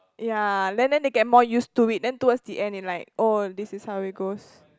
ya then then they get more used to it then towards they end they like oh this is how it goes